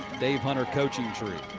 dave hunter coaching tree.